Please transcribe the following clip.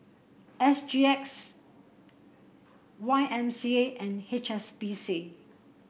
S G X Y M C A and H S B C